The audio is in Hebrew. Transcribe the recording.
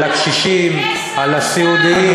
אל תדאג,